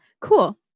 cool